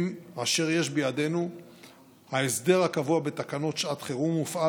אשר יש בידינו ההסדר הקבוע בתקנות שעת חירום הופעל